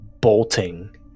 bolting